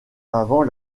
avant